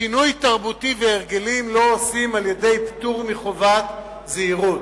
שינוי תרבותי והרגלים לא עושים על-ידי פטור מחובת זהירות.